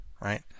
right